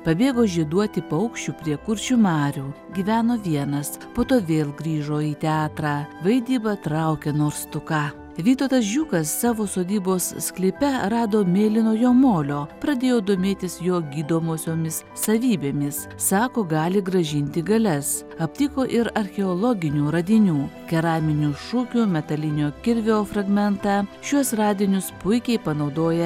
pabėgo žieduoti paukščių prie kuršių marių gyveno vienas po to vėl grįžo į teatrą vaidyba traukia nors tu ką vytautas žiūkas savo sodybos sklype rado mėlynojo molio pradėjo domėtis jo gydomosiomis savybėmis sako gali grąžinti galias aptiko ir archeologinių radinių keraminių šukių metalinio kirvio fragmentą šiuos radinius puikiai panaudoja